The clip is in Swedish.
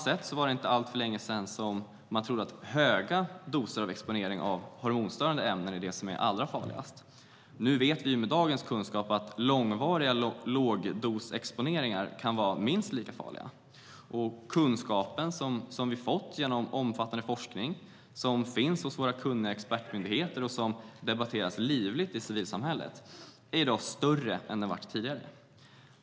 Det var inte heller länge sedan man trodde att högdosexponering av hormonstörande ämnen var det allra farligaste. Med dagens kunskap vet vi att långvarig lågdosexponering kan vara minst lika farligt. Kunskapen som vi fått genom omfattande forskning, som finns hos våra kunniga expertmyndigheter och som debatteras livligt i civilsamhället är i dag större än den varit tidigare.